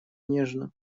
нежно